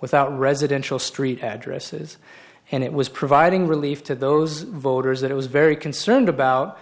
without residential street addresses and it was providing relief to those voters that it was very concerned about